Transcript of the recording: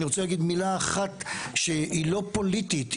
אני רוצה להגיד מילה אחת שהיא לא פוליטית,